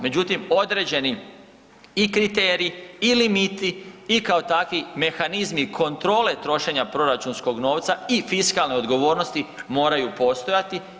Međutim, određeni i kriterij i limiti i kao takvi mehanizmi kontrole trošenja proračunskog novca i fiskalne odgovornosti moraju postojati.